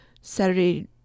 Saturday